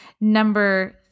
number